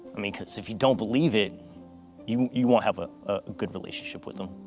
i mean, cause if you don't believe it you you won't have a good relationship with him.